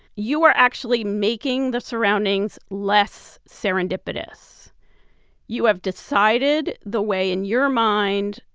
you are actually making the surroundings less serendipitous you have decided the way, in your mind,